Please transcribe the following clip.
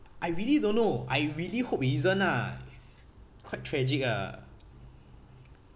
I really don't know I really hope it isn't ah it's quite tragic ah